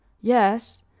yes